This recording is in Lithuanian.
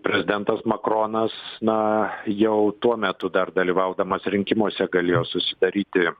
prezidentas makronas na jau tuo metu dar dalyvaudamas rinkimuose galėjo susidaryti